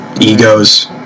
Egos